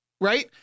right